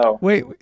wait